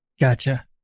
Gotcha